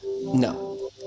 No